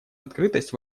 открытость